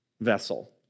vessel